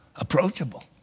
Approachable